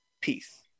Peace